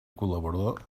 col·laborador